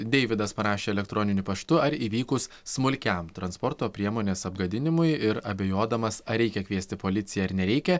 deividas parašė elektroniniu paštu ar įvykus smulkiam transporto priemonės apgadinimui ir abejodamas ar reikia kviesti policiją ar nereikia